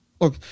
look